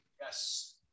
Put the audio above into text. Yes